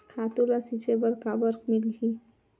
खातु ल छिंचे बर काबर मिलही?